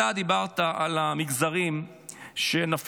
אתה דיברת על המגזרים שנפלו,